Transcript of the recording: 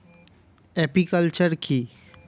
Apiculture কি?